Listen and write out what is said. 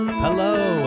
Hello